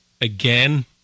again